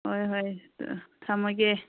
ꯍꯣꯏ ꯍꯣꯏ ꯑꯥ ꯊꯝꯃꯒꯦ